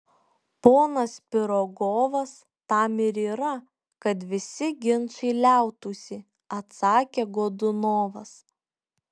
ponas pirogovas tam ir yra kad visi ginčai liautųsi atsakė godunovas